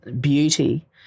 beauty